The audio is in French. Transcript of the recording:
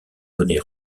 données